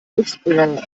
glücksbringer